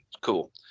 cool